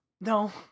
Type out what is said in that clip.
no